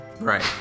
Right